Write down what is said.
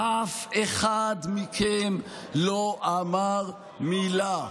אף אחד מכם לא אמר מילה,